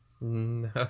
No